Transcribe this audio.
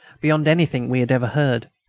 beyond anything we had ever heard.